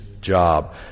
job